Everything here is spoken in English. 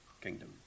kingdom